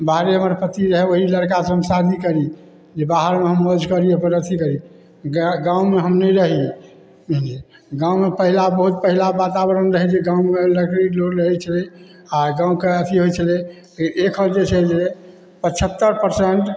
बाहरे हमर पति रहए ओहि लड़का से हम शादी करी जे बाहरमे हम मौज करी अपन अथी करी गाँवमे हम नहि रही गाँवमे पहिला पहिला वातावरण रहै जे गाँवमे लकड़ी जोर लै छै आ गाँवके अथी हो छलै आओर एखन जे छै जे पचहत्तरि परसेंट